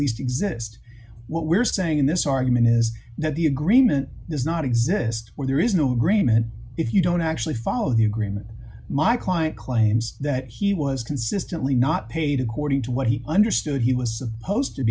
least exist what we're saying in this argument is that the agreement does not exist where there is no agreement if you don't actually follow the agreement my client claims that he was consistently not paid according to what he understood he was supposed to